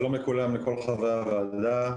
שלום לכולם, לכל חברי הוועדה.